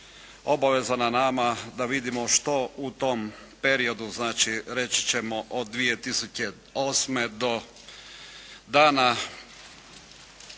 obaveza na nama da vidimo što u tom periodu, znači reći ćemo od 2008. do dana